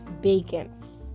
bacon